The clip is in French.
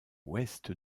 ouest